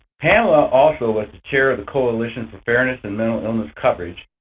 pamela also was the chair of the coalition for fairness in mental illness coverage,